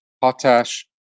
potash